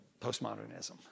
postmodernism